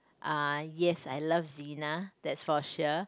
uh yes I love Zyna that's for sure